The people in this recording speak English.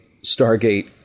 Stargate